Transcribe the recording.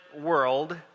world